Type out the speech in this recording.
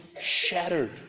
shattered